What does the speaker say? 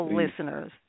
listeners